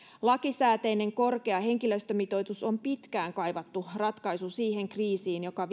lakisääteinen korkea henkilöstömitoitus on pitkään kaivattu ratkaisu siihen kriisiin joka